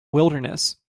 wilderness